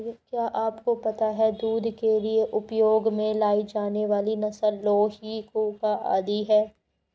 क्या आपको पता है दूध के लिए उपयोग में लाई जाने वाली नस्ल लोही, कूका आदि है?